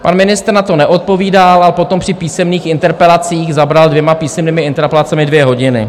Pan ministr na to neodpovídal a potom při písemných interpelacích zabral dvěma písemnými interpelacemi dvě hodiny.